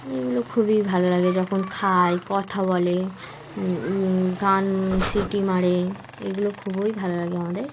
এগুলো খুবই ভালো লাগে যখন খায় কথা বলে গান সিটি মারে এগুলো খুবই ভালো লাগে আমাদের